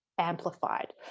amplified